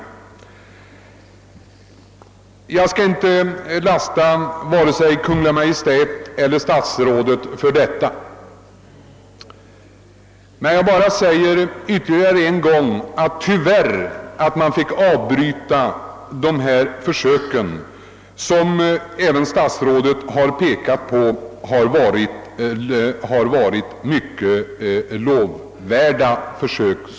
Jag skall inte lasta vare sig Kungl. Maj:t eller statsrådet för detta. Jag vill bara ytterligare en gång konstatera, att man tyvärr fick avbryta de försök staden tidigare gjorde och vilka även enligt statsrådet varit mycket lovvärda.